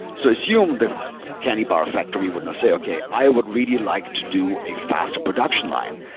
so assume the candy bar factory would now say, okay. i would really like to do a fast production line.